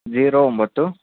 zero ಒಂಬತ್ತು